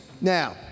Now